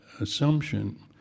assumption